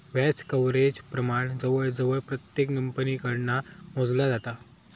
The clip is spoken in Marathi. व्याज कव्हरेज प्रमाण जवळजवळ प्रत्येक कंपनीकडना मोजला जाता